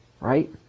right